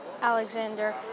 Alexander